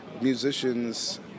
musicians